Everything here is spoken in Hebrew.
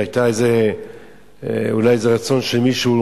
והיה אולי איזה רצון של מישהו